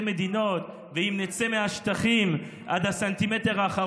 מדינות ואם נצא מהשטחים עד הסנטימטר האחרון,